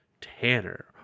Tanner